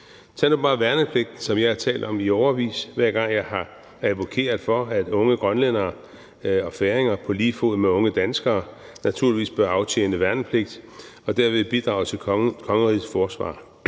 Tag nu bare værnepligten, som jeg har talt om i årevis, hver gang jeg har advokeret for, at unge grønlændere og færinger på lige fod med unge danskere naturligvis bør aftjene værnepligt og derved bidrage til kongerigets forsvar.